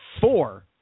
four